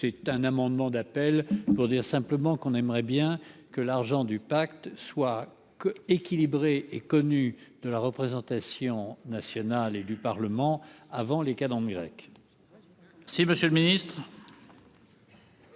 c'est un amendement d'appel pour dire simplement qu'on aimerait bien que l'argent du pacte soit que équilibré et connu de la représentation nationale et du Parlement avant les cas dans Mirek si Monsieur le Ministre.